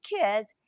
kids